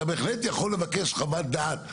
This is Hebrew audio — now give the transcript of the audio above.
אתה בהחלט יכול לבקש חוות דעת,